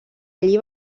allí